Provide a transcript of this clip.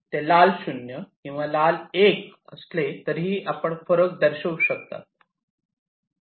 ते लाल 0 किंवा लाल 1 असले तरीही आपण फरक दर्शवू शकता